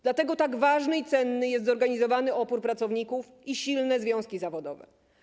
Dlatego tak ważny i cenny jest zorganizowany opór pracowników i silne związki zawodowe.